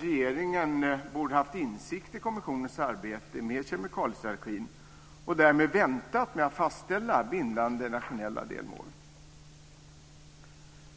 regeringen borde haft insikt i kommissionens arbete med kemikaliestrategin och därmed väntat med att fastställa bindande nationella delmål.